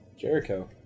Jericho